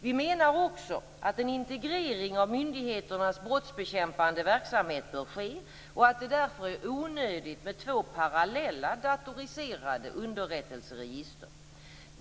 Vi menar också att en integrering av myndigheternas brottsbekämpande verksamheter bör ske och att det därför är onödigt med två parallella datoriserade underrättelseregister.